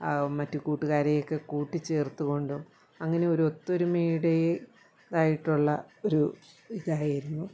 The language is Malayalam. മറ്റു കൂട്ടുകാരെയൊക്കെ കൂട്ടിച്ചേർത്തുകൊണ്ടും അങ്ങനെ ഒരു ഒത്തൊരുമയുടേതായിട്ടുള്ള ഒരു ഇതായിരുന്നു